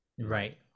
Right